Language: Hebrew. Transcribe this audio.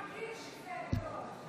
השאלה היא מי מגדיר שזה טרור.